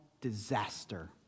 disaster